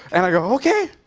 and i go, okay.